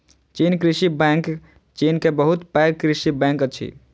चीन कृषि बैंक चीन के बहुत पैघ कृषि बैंक अछि